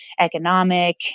economic